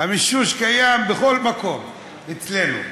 המישוש קיים בכל מקום אצלנו.